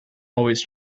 always